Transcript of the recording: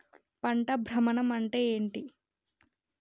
పంట భ్రమణం అంటే ఏంటి?